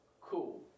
cool